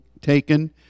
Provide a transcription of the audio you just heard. taken